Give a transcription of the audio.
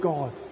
God